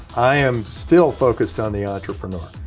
i am still focused on the entrepreneur.